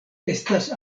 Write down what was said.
estas